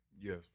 Yes